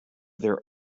their